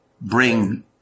bring